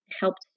helped